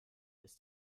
ist